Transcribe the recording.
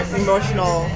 emotional